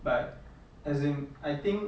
but as in I think